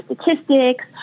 statistics